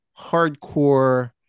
hardcore